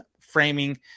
framing